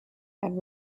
and